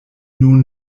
nun